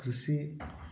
कृषि